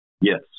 Yes